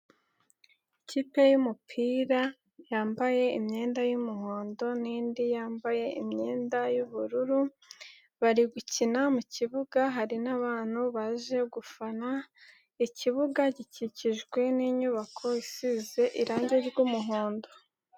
Ikipe y'umupira yambaye imyenda y'umuhondo n'indi yambaye imyenda y'ubururu bari gukina mu kibuga hari nabantu baje gufana, ikibuga gikikijwe n'inyubako isize irangi ry'umuhondo.